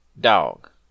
dog